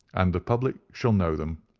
and the public shall know them.